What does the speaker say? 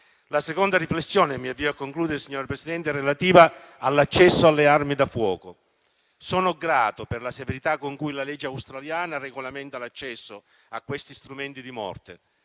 La seconda riflessione, avviandomi a concludere, signor Presidente, è relativa all'accesso alle armi da fuoco. Sono grato per la severità con cui la legge australiana regolamenta l'accesso a questi strumenti di morte;